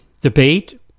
debate